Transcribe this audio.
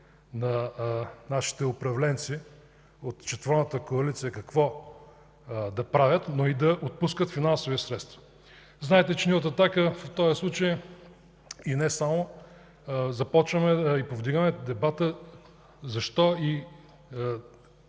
на нашите управленци от четворната коалиция какво да правят, но и да отпускат финансови средства. Знаете, че ние от „Атака” в този случай и не само започваме и повдигаме дебата защо и